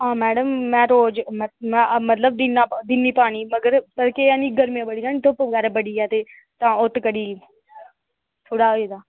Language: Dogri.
आं मैडम में रोज़ में मतलब दिन्नी पानी मगर पवा दी ना धूप्प बगैरा बड़ी जादै तां उत्त करी थोह्ड़ा होए दा